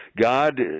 God